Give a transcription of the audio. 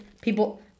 people